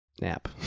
nap